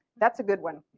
that's a good one.